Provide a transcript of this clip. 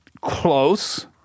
Close